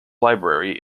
library